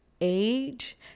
age